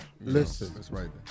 Listen